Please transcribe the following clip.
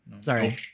Sorry